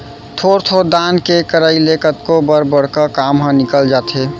थोर थोर दान के करई ले कतको बर बड़का काम ह निकल जाथे